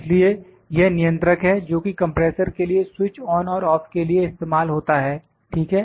इसलिए यह नियंत्रक है जोकि कंप्रेसर के लिए स्विच ऑन और ऑफ के लिए इस्तेमाल होता है ठीक है